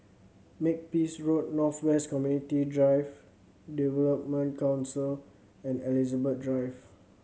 Makepeace Road North West Community Drive Development Council and Elizabeth Drive